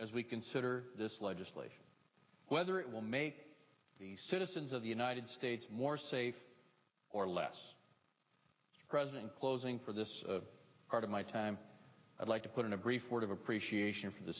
as we consider this legislation whether it will make the citizens of the united states more safe or less present closing for this part of my time i'd like to put in a brief word of appreciation for the